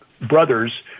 brothers